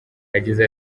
yagize